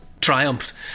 triumphed